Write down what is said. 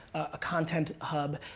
a content hub,